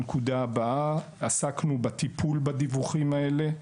עסקנו בטיפול בדיווחים האלה.